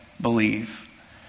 Believe